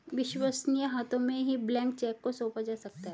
विश्वसनीय हाथों में ही ब्लैंक चेक को सौंपा जा सकता है